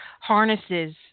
harnesses